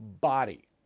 body